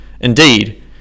Indeed